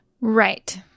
Right